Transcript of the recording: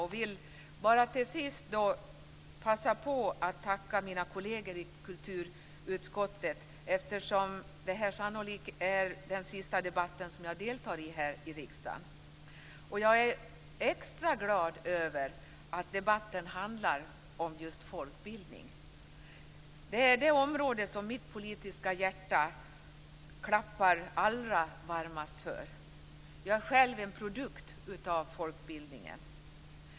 Jag vill till sist passa på att tacka mina kolleger i kulturutskottet, eftersom det här sannolikt är den sista debatt som jag deltar i här i riksdagen. Jag är extra glad över att debatten handlar om just folkbildning. Det är det område som mitt politiska hjärta klappar allra varmast för. Jag är själv en produkt av folkbildningen.